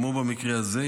כמו במקרה הזה,